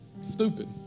Stupid